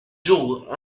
jours